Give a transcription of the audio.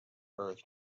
earth